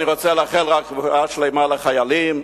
אני רוצה לאחל רפואה שלמה לחיילים,